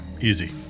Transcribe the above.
easy